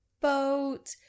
boat